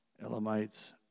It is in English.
Elamites